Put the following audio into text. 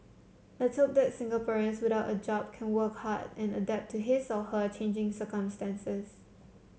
let's hope that Singaporeans without a job can work hard and adapt to his or her changing circumstances